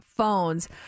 phones